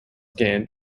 gained